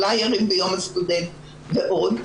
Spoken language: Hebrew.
פלאיירים ביום הסטודנט ועוד,